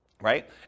right